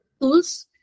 tools